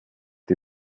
die